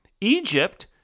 Egypt